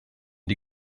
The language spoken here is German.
die